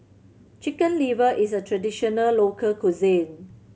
Chicken Liver is a traditional local cuisine